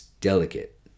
delicate